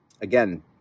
Again